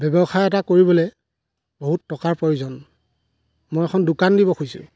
ব্যৱসায় এটা কৰিবলৈ বহুত টকাৰ প্ৰয়োজন মই এখন দোকান দিব খুজিছোঁ